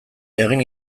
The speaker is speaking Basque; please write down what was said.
egin